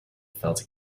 felt